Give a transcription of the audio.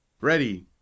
Ready